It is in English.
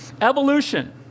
Evolution